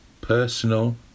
personal